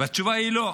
והתשובה היא לא,